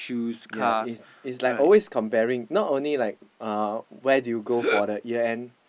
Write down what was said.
ya is is like always comparing not only like uh where do you go for the year end